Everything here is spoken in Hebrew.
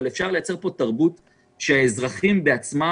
אבל אפשר לייצר פה תרבות שבה האזרחים ירצו בעצמם